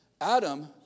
Adam